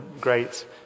great